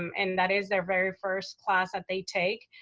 um and that is their very first class that they take.